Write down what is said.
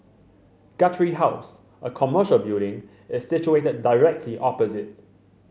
Guthrie House a commercial building is situated directly opposite